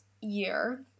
year